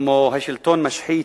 כמו: השלטון משחית,